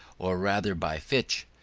or rather by fichte,